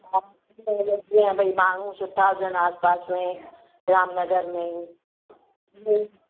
भई माण्हू सुठा हुजनि आसिपासि में रामनगर में